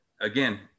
again